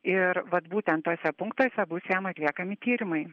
ir vat būtent tuose punktuose bus jam atliekami tyrimai